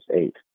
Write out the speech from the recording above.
eight